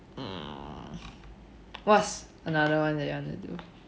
mm what's another one that you want to do